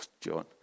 John